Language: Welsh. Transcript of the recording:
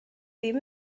ddim